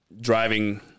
driving